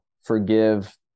forgive